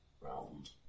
Round